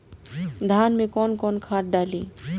धान में कौन कौनखाद डाली?